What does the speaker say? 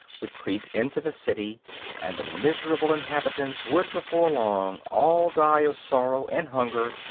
would creep into the city and the miserable inhabitants would before long all die of sorrow and hunger,